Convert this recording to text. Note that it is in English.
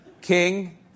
king